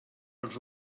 els